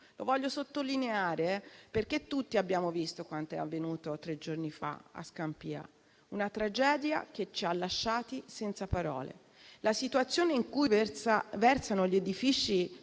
Lo voglio sottolineare, perché tutti abbiamo visto quanto è avvenuto tre giorni fa a Scampia: una tragedia che ci ha lasciati senza parole. La situazione in cui versano gli edifici